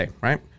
right